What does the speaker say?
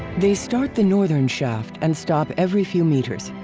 they start the northern shaft and stop every few meters.